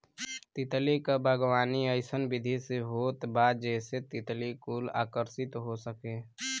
तितली क बागवानी अइसन विधि से होत बा जेसे तितली कुल आकर्षित हो सके